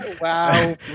Wow